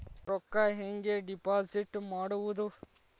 ರೊಕ್ಕ ಹೆಂಗೆ ಡಿಪಾಸಿಟ್ ಮಾಡುವುದು?